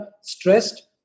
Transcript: stressed